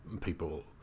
people